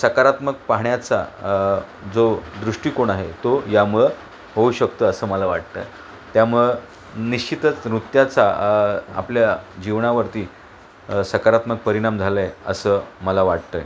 सकारात्मक पाहण्याचा जो दृष्टिकोण आहे तो यामुळं होऊ शकतो असं मला वाटतं त्यामुळं निश्चितच नृत्याचा आपल्या जीवनावरती सकारात्मक परिणाम झाला आहे असं मला वाटत आहे